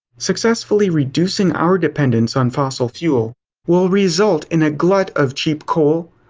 successfully reducing our dependence on fossil fuel will result in a glut of cheap coal,